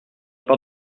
part